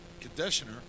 conditioner